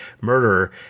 murderer